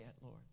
Lord